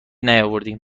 نیاوردیم